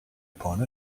upon